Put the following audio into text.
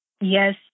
Yes